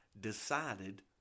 decided